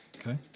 Okay